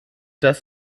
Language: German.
das